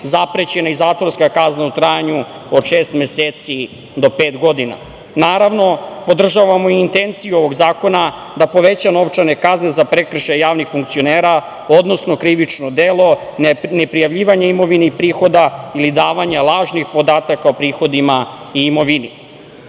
zaprećena i zatvorska kazna u trajanju od šest meseci do pet godina. Naravno, podržavamo i intenciju ovog zakona da poveća novčane kazne za prekršaj javnih funkcionera, odnosno krivično delo neprijavljivanja imovine ili prihoda ili davanje lažnih podataka o prihodima i imovini. Čak